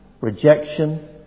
rejection